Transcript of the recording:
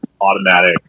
automatic